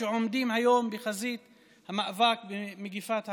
שעומדים היום בחזית המאבק במגפת הקורונה.